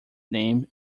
name